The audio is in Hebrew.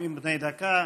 נאומים בני דקה.